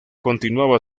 continuaba